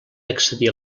accedir